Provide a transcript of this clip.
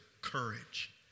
courage